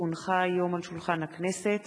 כי הונחה היום על שולחן הכנסת